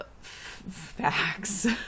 facts